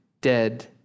dead